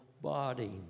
body